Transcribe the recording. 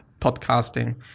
podcasting